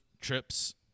trips